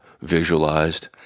visualized